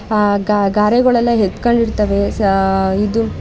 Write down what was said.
ಗ ಗಾರೆಗಳೆಲ್ಲ ಎತ್ಕೊಂಡಿರ್ತವೆ ಸ ಇದು